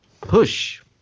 Push